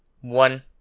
one